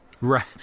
Right